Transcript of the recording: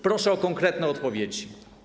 Proszę o konkretne odpowiedzi.